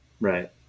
Right